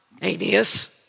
Aeneas